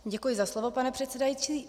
Děkuji za slovo, pane předsedající.